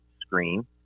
screen